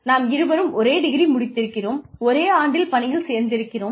நாம் இருவரும் ஒரே டிகிரி முடித்திருக்கிறோம் ஒரே ஆண்டில் பணியில் சேர்ந்திருக்கிறோம்